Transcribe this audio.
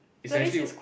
is actually